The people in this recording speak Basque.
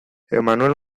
emmanuel